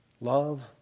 Love